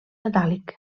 metàl·lic